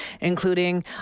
including